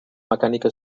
mecànica